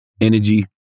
energy